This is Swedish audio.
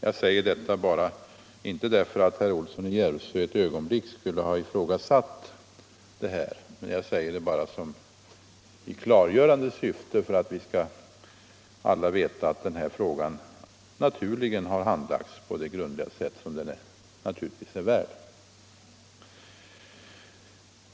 Jag säger inte detta därför att herr Olsson i Järvsö ett ögonblick skulle ha ifrågasatt det utan bara i klargörande syfte för att alla skall veta att denna fråga har handlagts på det grundliga sätt som den är värd.